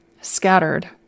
Scattered